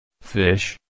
Fish